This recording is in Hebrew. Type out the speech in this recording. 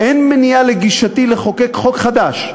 אין מניעה לגישתי לחוקק חוק חדש,